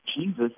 Jesus